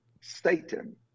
Satan